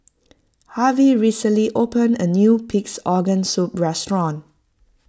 Harvey recently opened a new Pig's Organ Soup restaurant